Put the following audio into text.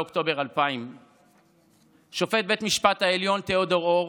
אוקטובר 2000. שופט בית המשפט העליון תיאודור אור